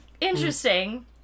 Interesting